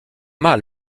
mal